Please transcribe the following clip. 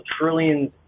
trillions